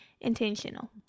intentional